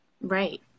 Right